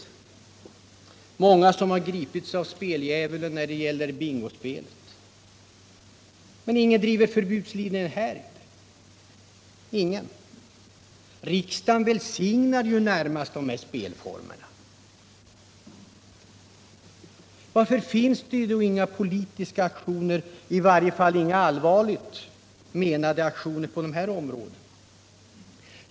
Och många har gripits av speldjävulen när det gäller bingospelet. Men ingen driver förbudslinjen där. Riksdagen välsignar närmast dessa spelformer. Varför förekommer det inga politiska aktioner, i varje fall inga allvarligt menade aktioner, på dessa områden?